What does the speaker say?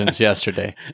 yesterday